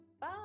bye